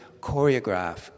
choreograph